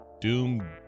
Doom